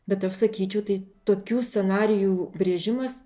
bet aš sakyčiau tai tokių scenarijų brėžimas